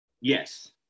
Yes